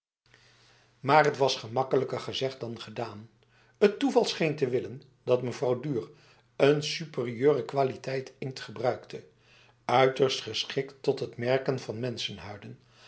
maar het was gemakkelijker gezegd dan gedaan het toeval scheen te willen dat mevrouw duhr een superieure kwaliteit inkt gebruikte uiterst geschikt tot het merken van